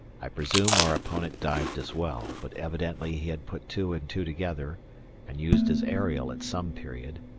i presume our opponent dived as well, but evidently he had put two and two together and used his aerial at some period,